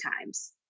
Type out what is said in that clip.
times